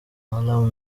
alarm